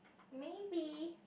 maybe